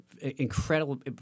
incredible